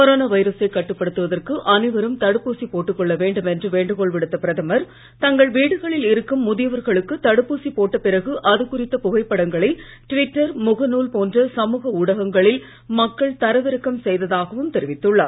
corona வைரசை கட்டுப்படுத்துவதற்கு அனைவரும் தடுப்பூசி போட்டுக் கொள்ள வேண்டும் என்று வேண்டுகோள் விடுத்த பிரதமர் தங்கள் வீடுகளில் இருக்கும் முதியவர்களுக்கு தடுப்பூசி போட்ட பிறகு அதுகுறித்த புகைப்படங்களை டுவிட்டர் முக நூல் போன்ற சமூக ஊடகங்களில் மக்கள் தரவிறக்கம் செய்வதாகவும் தெரிவித்துள்ளார்